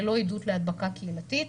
ללא עדות להדבקה קהילתית